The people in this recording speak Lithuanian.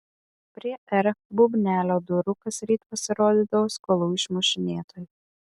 prie r bubnelio durų kasryt pasirodydavo skolų išmušinėtojai